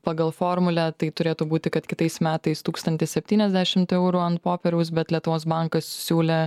pagal formulę tai turėtų būti kad kitais metais tūkstantis septyniasdešimt eurų ant popieriaus bet lietuvos bankas siūlė